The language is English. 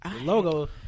Logo